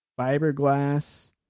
fiberglass